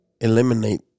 eliminate